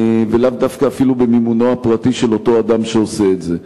ואפילו לאו דווקא במימונו של אותו אדם שעושה את זה.